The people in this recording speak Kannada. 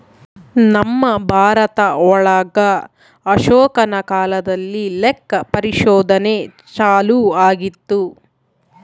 ನಮ್ ಭಾರತ ಒಳಗ ಅಶೋಕನ ಕಾಲದಲ್ಲಿ ಲೆಕ್ಕ ಪರಿಶೋಧನೆ ಚಾಲೂ ಆಗಿತ್ತು